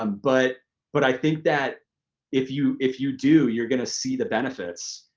um but but i think that if you if you do, you're gonna see the benefits,